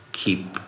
keep